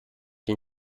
den